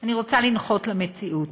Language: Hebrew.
אני רוצה לנחות למציאות.